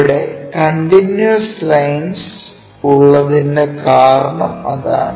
ഇവിടെ continuous lines ഉള്ളതിന്റെ കാരണം അതാണ്